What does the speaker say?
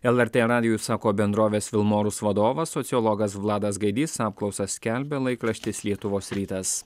lrt radijui sako bendrovės vilmorus vadovas sociologas vladas gaidys apklausą skelbia laikraštis lietuvos rytas